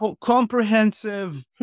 comprehensive